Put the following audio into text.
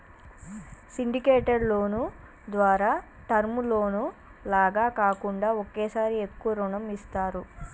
syndicated loan ద్వారా term loan లాగా కాకుండా ఒకేసారి ఎక్కువ రుణం ఇస్తారు